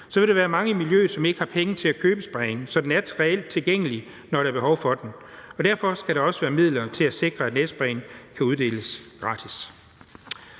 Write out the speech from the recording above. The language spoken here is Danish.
vil der være mange i miljøet, som ikke har penge til at købe sprayen, så den reelt er tilgængelig, når der er behov for den. Derfor skal der også være midler til at sikre, at næsesprayen kan uddeles gratis.